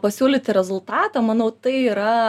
pasiūlyti rezultatą manau tai yra